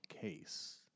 case